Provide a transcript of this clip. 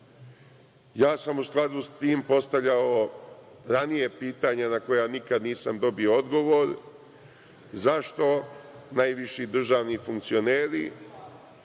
sam u skladu s tim postavljao ranije pitanja na koja nikada nisam dobio odgovor – zašto najviši državni funkcioneri,